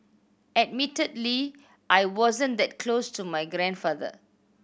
admittedly I wasn't that close to my grandfather